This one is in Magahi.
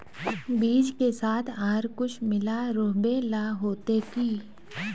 बीज के साथ आर कुछ मिला रोहबे ला होते की?